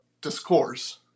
discourse